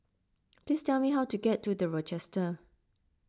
please tell me how to get to the Rochester